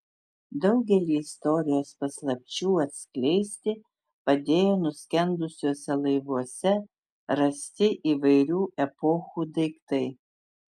daugelį istorijos paslapčių atskleisti padėjo nuskendusiuose laivuose rasti įvairių epochų daiktai